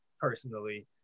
personally